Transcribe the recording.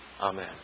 Amen